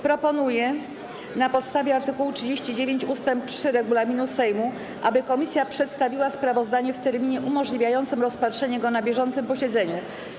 Proponuję na podstawie art. 39 ust. 3 regulaminu Sejmu, aby komisja przedstawiła sprawozdanie w terminie umożliwiającym rozpatrzenie go na bieżącym posiedzeniu.